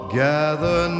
gather